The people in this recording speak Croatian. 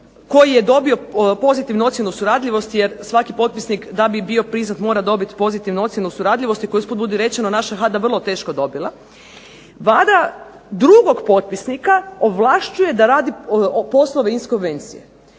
koji je dobio pozitivnu ocjenu suradljivost jer svaki potpisnik da bi bio priznat mora dobit pozitivnu ocjenu suradljivosti, koju je usput budi rečeno naša HADA vrlo teško dobila. WADA drugog potpisnika ovlašćuje da radi poslove iz konvencije.